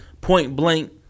point-blank